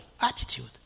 attitude